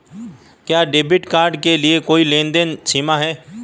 क्या debit card के लिए कोई लेनदेन सीमा है?